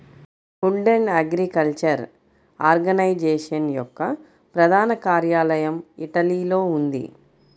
food and agriculture organisation యొక్క ప్రధాన కార్యాలయం ఇటలీలో ఉంది